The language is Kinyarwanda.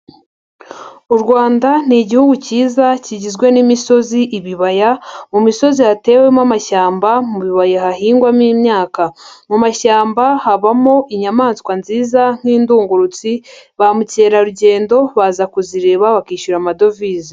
U Rwanda ni igihugu cyiza kigizwe n'imisozi, ibibaya, mu misozi hatewemo amashyamba, mu bibaya hahingwamo imyaka. Mu mashyamba habamo inyamaswa nziza nk'indungurutsi, ba mukerarugendo baza kuzireba bakishyura amadovize.